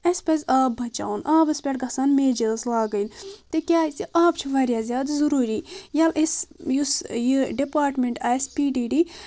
اسہِ پزِ آب بچاوُن آبس پٮ۪ٹھ گژھن میجٲرس لاگٕنۍ تِکیٛازِ آب چھُ واریاہ زیادٕ ضروٗری ییٚلہِ أسۍ یُس یہِ ڈپارٹمنٹ آسہِ پی ڈی ڈی